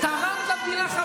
יש לך מה